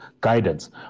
guidance